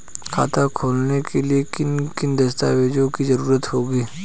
खाता खोलने के लिए किन किन दस्तावेजों की जरूरत होगी?